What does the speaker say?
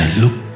look